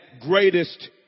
greatest